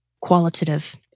qualitative